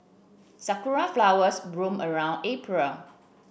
sakura flowers bloom around April